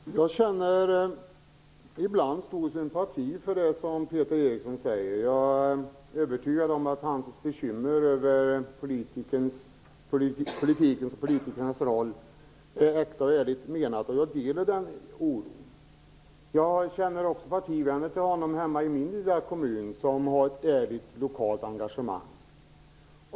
Fru talman! Jag känner ibland stor sympati för det som Peter Eriksson säger och är övertygad om att hans bekymmer över politikernas roll är äkta och ärligt menade. Jag delar hans oro. Jag känner också partivänner till honom i min lilla hemkommun, vilka har ett ärligt lokalt engagemang.